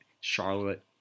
Charlotte